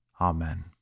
Amen